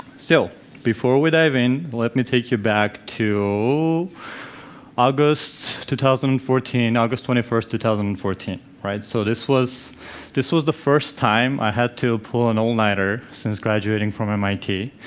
so before we dive in, let me take you back to august two thousand and fourteen, august twenty first two thousand and fourteen right. so this was this was the first time i had to pull an all-nighter since graduating from mit.